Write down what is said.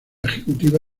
ejecutiva